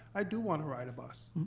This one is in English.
i do want to ride a bus.